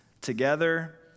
together